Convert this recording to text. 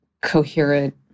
coherent